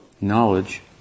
Knowledge